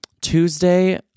Tuesday